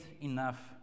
enough